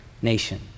Nation